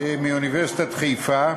מאוניברסיטת חיפה,